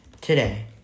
Today